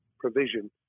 provision